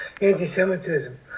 anti-Semitism